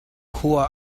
khua